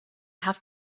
have